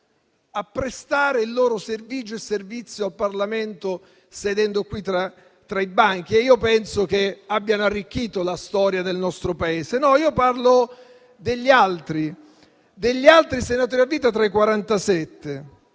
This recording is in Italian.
a prestare il loro servizio in Parlamento sedendo tra questi banchi e penso che abbiano arricchito la storia del nostro Paese. No, parlo degli altri senatori a vita, tra i